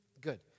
good